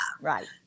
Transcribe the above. Right